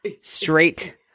Straight